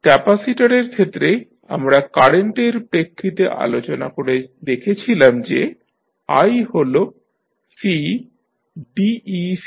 ক্যাপাসিটরের ক্ষেত্রে আমরা কারেন্ট এর প্রেক্ষিতে আলোচনা করে দেখেছিলাম যে i হল CdeCdt